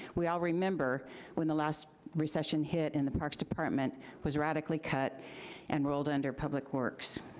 we all remember when the last recession hit, and the parks department was radically cut and rolled under public works.